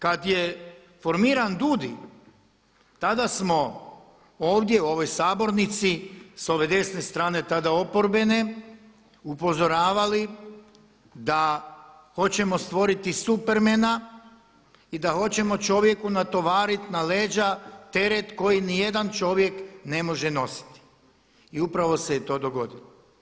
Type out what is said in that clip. Kada je formiran DUUDI tada smo ovdje u ovoj sabornici s ove desne strane tada oporbene upozoravali da hoćemo stvoriti Supermana i da hoćemo čovjeku natovariti na leđa teret koji nijedan čovjek ne može nositi i upravo se je to dogodilo.